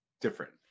different